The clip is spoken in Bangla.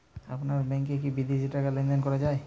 আপনার ব্যাংকে কী বিদেশিও টাকা লেনদেন করা যায়?